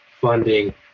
funding